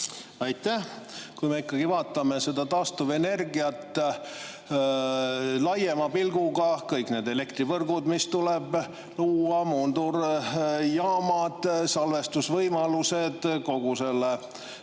Aitäh! Kui me ikkagi vaatame seda taastuvenergiat laiema pilguga, siis kõik need elektrivõrgud, mis tuleb luua, muundurjaamad, salvestusvõimalused, kogu see